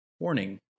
Warning